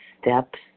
steps